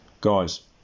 Guys